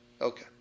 Okay